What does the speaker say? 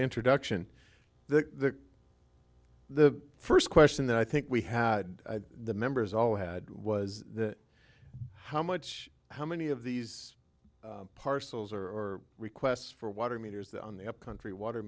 introduction the the first question that i think we had the members all had was the how much how many of these parcels or requests for water meters on the upcountry water